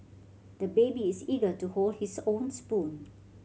the baby is eager to hold his own spoon